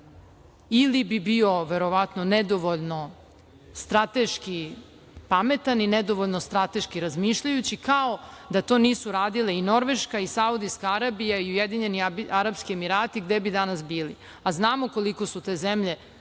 ili bi bio verovatno nedovoljno strateški pametan i nedovoljno strateški razmišljajući, kao da to nisu radile i Norveška i Saudijska Arabija i UAE, gde bi danas bili? A znamo koliko su te zemlje